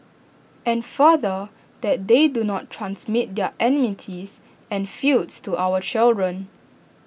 and further that they do not transmit their enmities and feuds to our children